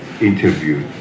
interview